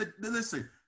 Listen